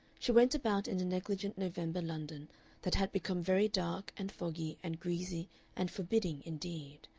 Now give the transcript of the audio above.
she went about in a negligent november london that had become very dark and foggy and greasy and forbidding indeed,